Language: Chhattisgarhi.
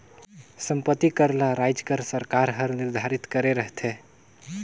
संपत्ति कर ल राएज कर सरकार हर निरधारित करे रहथे